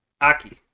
Aki